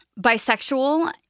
bisexual